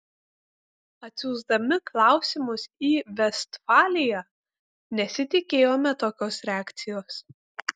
atsiųsdami klausimus į vestfaliją nesitikėjome tokios reakcijos